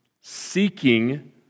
seeking